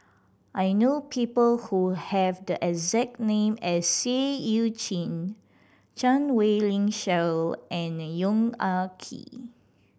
I know people who have the exact name as Seah Eu Chin Chan Wei Ling Cheryl and Yong Ah Kee